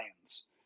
Lions